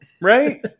Right